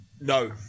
No